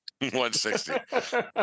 160